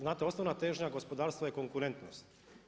Znate osnovna težnja gospodarstva je konkurentnost.